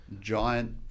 giant